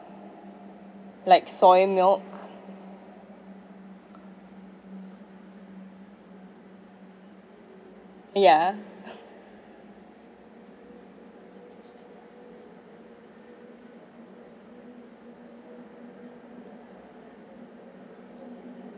like soy milk ya